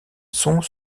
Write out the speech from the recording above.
sont